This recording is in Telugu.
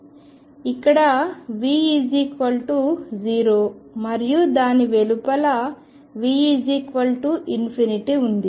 ఇక్కడ V 0 మరియు దాని వెలుపల V ఉంది